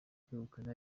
kwegukana